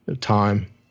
time